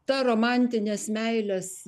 ta romantinės meilės